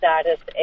status